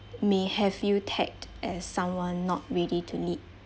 may have you tagged as someone not ready to lead